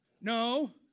No